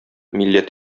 милләт